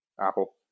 Apple